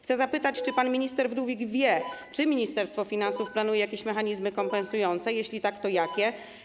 Chcę zapytać, czy pan minister Wdówik wie, czy Ministerstwo Finansów planuje mechanizmy kompensujące, jeśli tak, to jakie.